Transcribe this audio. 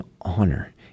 honor